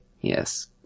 Yes